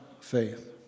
faith